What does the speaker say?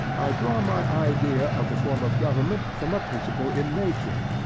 i draw my idea of the form of government from a principle in nature,